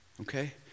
Okay